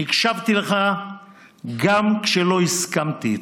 אני הקשבתי לך גם כשלא הסכמתי איתך.